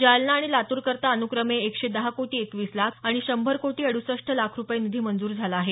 जालना आणि लातूरकरता अनुक्रमे एकशे दहा कोटी एकवीस लाख आणि शंभर कोटी अडूसष्ट लाख रुपये निधी मंजूर झाला आहे